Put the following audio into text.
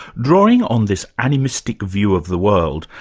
drawing on this animistic view of the world,